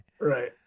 right